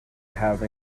have